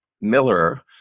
Miller